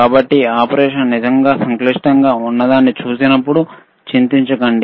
కాబట్టి ఆపరేషన్ నిజంగా సంక్లిష్టంగా ఉన్నదాన్ని చూసినప్పుడు చింతించకండి